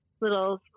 Little